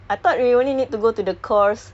the wedding services